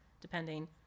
depending